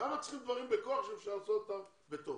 למה צריכים דברים בכוח כשאפשר לעשות אותם בטוב?